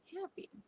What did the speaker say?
happy